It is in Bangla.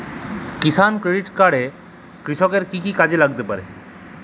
কিষান ক্রেডিট কার্ড কৃষকের কি কি কাজে লাগতে পারে?